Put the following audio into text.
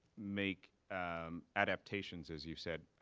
make um adaptations, as you said,